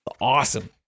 Awesome